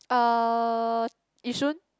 uh Yishun